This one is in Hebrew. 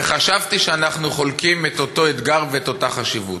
וחשבתי שאנחנו חולקים את אותו אתגר ואת אותה הבנת החשיבות.